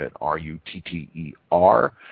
R-U-T-T-E-R